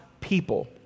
people